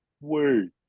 wait